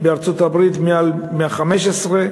בארצות-הברית יותר מ-115.